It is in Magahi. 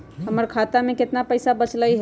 हमर खाता में केतना पैसा बचल हई?